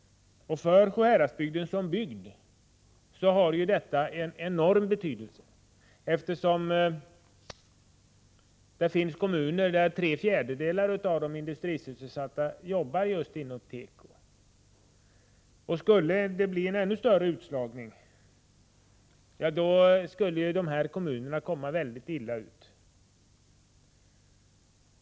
För Sjuhäradsbygden har tekoindustrin en enorm betydelse, eftersom det där finns kommuner där tre fjärdedelar av de industrisysselsatta arbetar inom tekoindustri. Skulle det bli ännu större utslagning, då skulle de här kommunerna råka väldigt illa ut.